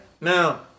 Now